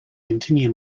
continue